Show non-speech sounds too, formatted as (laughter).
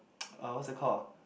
(noise) uh what's that called ah